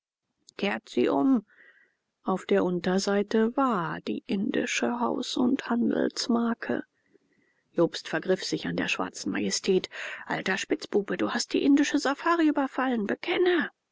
kehrt sie um auf der unterseite war die indische haus und handelsmarke jobst vergriff sich an der schwarzen majestät alter spitzbube du hast die indische safari überfallen bekenne